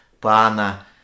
pana